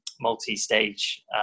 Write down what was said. multi-stage